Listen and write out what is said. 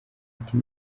ati